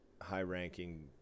high-ranking